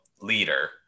leader